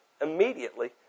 immediately